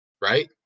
right